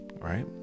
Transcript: Right